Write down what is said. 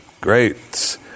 Great